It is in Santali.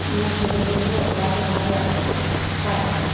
ᱤᱱᱟᱹ ᱠᱚ ᱛᱮᱜᱮᱠᱚ ᱚᱠᱟᱫᱚᱠᱚ ᱵᱟᱥᱠᱮᱭᱟᱜ ᱫᱚᱠᱚ ᱯᱟᱨᱚᱢᱟ